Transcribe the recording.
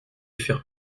faire